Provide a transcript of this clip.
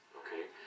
okay